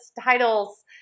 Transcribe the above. titles